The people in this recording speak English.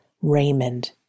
Raymond